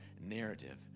narrative